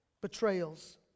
betrayals